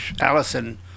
Allison